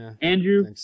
Andrew